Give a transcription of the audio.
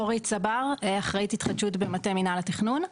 אני אחראית התחדשות במטה מינהל התכנון.